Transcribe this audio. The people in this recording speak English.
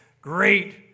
great